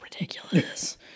ridiculous